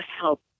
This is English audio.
help